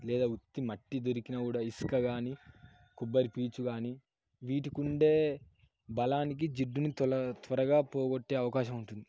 లేదా ఉత్తి మట్టి దొరికినా కూడా ఇసుక కానీ కొబ్బరి పీచు కానీ వీటికి ఉండే బలానికి జిడ్డుని త్వర త్వరగా పోగొట్టే అవకాశం ఉంటుంది